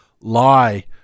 lie